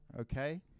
okay